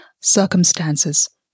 circumstances